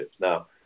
Now